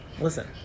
Listen